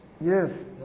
Yes